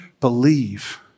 believe